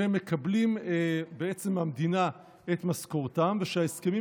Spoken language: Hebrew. שמקבלים מהמדינה את משכורתם ושההסכמים